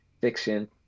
fiction